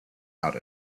out